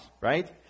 right